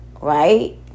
right